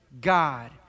God